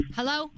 Hello